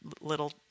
little